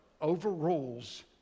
overrules